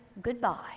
goodbye